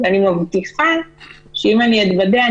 אני מבטיחה שאם אני אתבדה,